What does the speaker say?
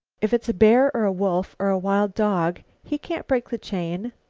if it's a bear, or a wolf, or a wild dog, he can't break the chain.